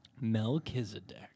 Melchizedek